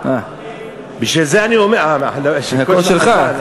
בשביל זה אני אומר, הקול שלך.